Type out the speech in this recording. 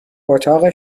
اتاق